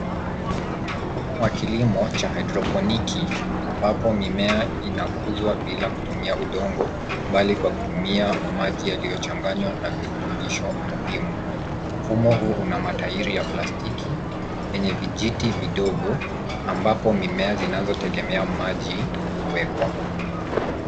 Mfumo wa kilimo cha haidroponiki ambapo mimea inakuzwa bila kutumia udongo mbali kwa kutumia maji yaliyochanganywa na virutubisho muhimu. Mfumo huu una matairi ya plastiki yenye vijiti vidogo ambapo mimea zinazotegemea maji huwekwa.